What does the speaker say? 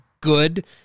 good